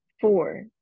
four